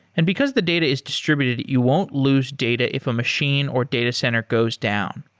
and because the data is distributed, you won't lose data if a machine or data center goes down.